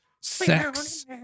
sex